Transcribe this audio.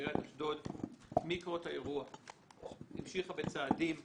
עיריית אשדוד מקרות האירוע המשיכה בצעדים.